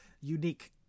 unique